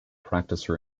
practice